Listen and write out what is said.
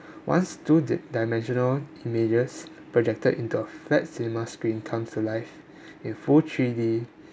once two d~ dimensional images projected into a flat cinema screen comes life in full three_D